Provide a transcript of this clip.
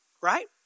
right